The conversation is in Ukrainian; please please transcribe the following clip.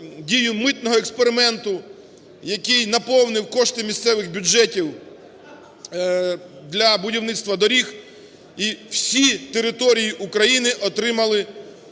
дію митного експерименту, який наповнив коштами місцеві бюджети для будівництва доріг. І всі території України отримали